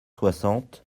soixante